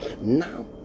Now